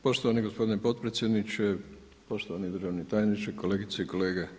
Poštovani gospodine potpredsjedniče, poštovani državni tajniče, kolegice i kolege.